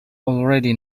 already